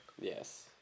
Yes